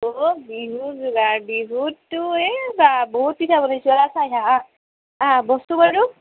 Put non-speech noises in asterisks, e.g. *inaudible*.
অ' বিহু যোগাৰ বিহুততো এই বাহ বহুত পিঠা বনাইছোঁ আহ *unintelligible* আহ বস্তুবোৰো